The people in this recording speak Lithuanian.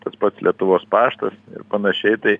tas pats lietuvos paštas ir panašiai tai